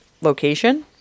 location